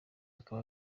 akaba